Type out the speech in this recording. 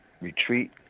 retreat